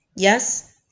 Yes